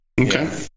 Okay